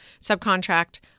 subcontract